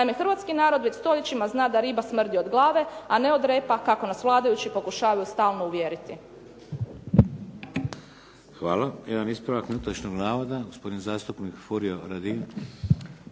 Naime, hrvatski narod već stoljećima zna da riba smrti od glave a ne od repa kako nas vladajući pokušavaju stalno uvjeriti. **Šeks, Vladimir (HDZ)** Hvala. Jedan ispravak netočnog navoda gospodin zastupnik Furio Radin.